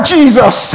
Jesus